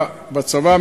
בצבא,